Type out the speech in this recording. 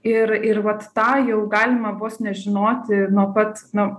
ir ir vat tą jau galima vos nežinoti nuo pat no